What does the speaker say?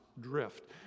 drift